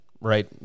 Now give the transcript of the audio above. right